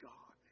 God